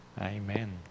Amen